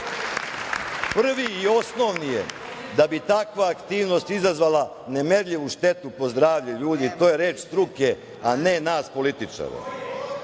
Prvi i osnovni je da bi takva aktivnost izazvala nemerljivu štetu po zdravlje ljudi. To je reč struke, a ne nas političara. Kakve